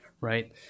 right